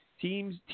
Teams